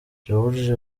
george